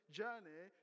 journey